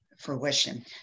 fruition